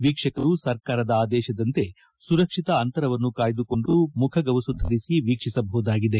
ವೀಕ್ಷಕರು ಸರಕಾರದ ಆದೇಶದಂತೆ ಸುರಕ್ಷಿತ ಆಂತರವನ್ನು ಕಾಯ್ದುಕೊಂಡು ಮುಖಗವಸು ಧರಿಸಿ ವೀಕ್ಷಿಸಬಹುದಾಗಿದೆ